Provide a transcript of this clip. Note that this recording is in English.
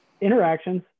interactions